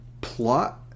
plot